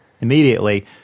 immediately